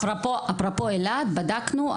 אפרופו אילת, בדקנו.